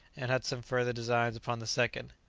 and had some further designs upon the second.